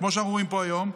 כמו שאתם רואים פה היום.